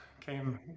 came